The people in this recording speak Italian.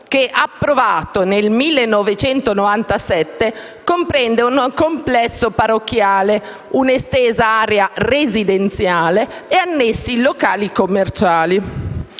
che, approvato nel 1997, comprende un complesso parrocchiale, un'estesa area residenziale e annessi locali commerciali.